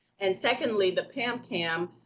and secondly the pamcam,